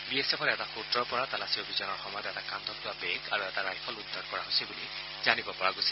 B S এফৰ এটা সূত্ৰৰ পৰা তালাচী অভিযানৰ সময়ত এটা কান্ধত লোৱা বেগ আৰু এটা ৰাইফল উদ্ধাৰ কৰা হৈছে বুলি জানিৰ পৰা গৈছে